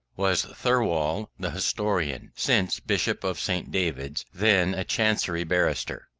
was thirlwall, the historian, since bishop of st. david's, then a chancery barrister,